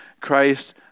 Christ